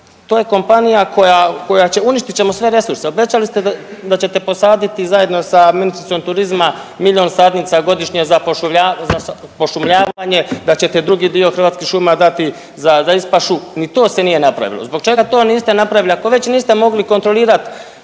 to je kompanija koja, koja, uništit ćemo sve resurse. Obećali ste da ćete posaditi zajedno sa ministricom turizma milion sadnica godišnje za pošumljavanje, da ćete drugi dio hrvatskih šuma dati za reispašu, ni to se nije napravilo. Zbog čega to niste napravili, ako već niste mogli kontrolirati